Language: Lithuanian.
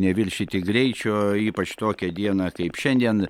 neviršyti greičio ypač tokią dieną kaip šiandien